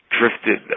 drifted